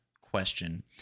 question